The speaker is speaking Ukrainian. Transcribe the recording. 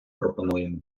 пропонуємо